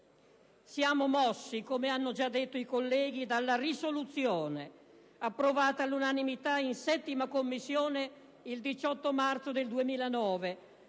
Siamo mossi, come hanno già detto i colleghi, dalla risoluzione approvata all'unanimità in 7a Commissione il 18 marzo 2009: